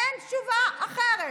אין תשובה אחרת,